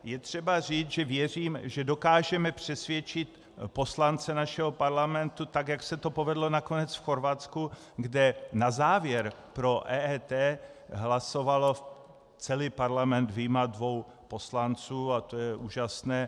Je třeba říct, že věřím, že dokážeme přesvědčit poslance našeho parlamentu tak, jak se to povedlo nakonec v Chorvatsku, kde na závěr pro EET hlasoval celý parlament vyjma dvou poslanců, a to je úžasné.